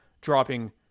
dropping